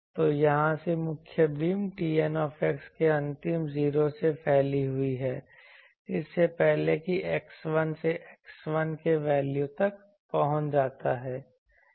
तो यहाँ से मुख्य बीम Tn के अंतिम 0 से फैली हुई है इससे पहले कि x 1 से x1 के वैल्यू तक पहुंच जाता है